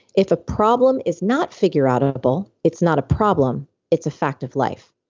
if a problem is not figureoutable, it's not a problem. it's a fact of life.